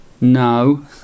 No